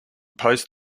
post